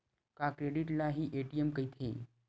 का क्रेडिट ल हि ए.टी.एम कहिथे?